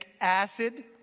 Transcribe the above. acid